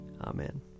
Amen